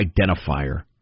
identifier